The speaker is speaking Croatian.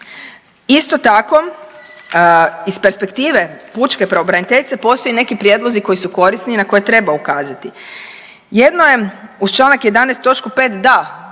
Isto tako, iz perspektive pučke pravobraniteljice postoje neki prijedlozi koji su korisni i na koje treba ukazati. Jedno je uz Članak 11. točku